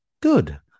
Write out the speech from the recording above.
good